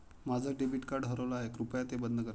माझं debit card हरवलं आहे, कृपया ते बंद करा